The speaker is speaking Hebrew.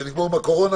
כשנגמור עם הקורונה,